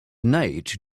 nate